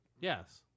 Yes